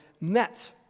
met